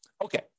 Okay